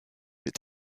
mais